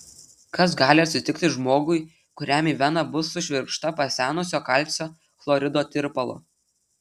kas gali atsitikti žmogui kuriam į veną bus sušvirkšta pasenusio kalcio chlorido tirpalo